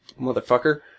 Motherfucker